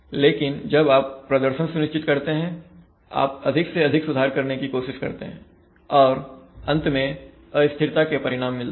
लेकिन जब आप प्रदर्शन सुनिश्चित करते हैं आप अधिक से अधिक सुधार करने की कोशिश करते हैं और अंत में अस्थिरता के परिणाम मिलते हैं